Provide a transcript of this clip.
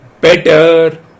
better